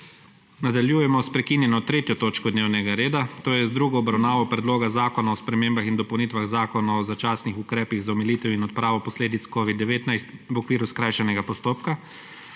**Nadaljujemo s prekinjeno 3. točko dnevnega reda, to je z drugo obravnavo Predloga zakona o spremembah in dopolnitvah Zakona o začasnih ukrepih za omilitev in odpravo posledic COVID-19 v okviru skrajšanega postopka.**